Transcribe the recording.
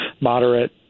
moderate